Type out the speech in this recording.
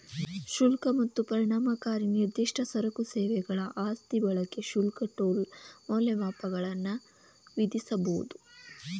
ಶುಲ್ಕ ಮತ್ತ ಪರಿಣಾಮಕಾರಿ ನಿರ್ದಿಷ್ಟ ಸರಕು ಸೇವೆಗಳ ಆಸ್ತಿ ಬಳಕೆ ಶುಲ್ಕ ಟೋಲ್ ಮೌಲ್ಯಮಾಪನಗಳನ್ನ ವಿಧಿಸಬೊದ